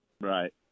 Right